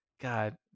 god